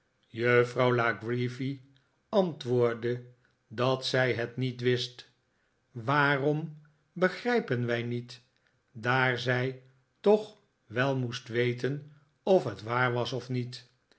juffrouw la creevy antwoordde dat zij het niet wist waarom begrijpen wij niet daar zij toch wel moest weten of het waar was of niet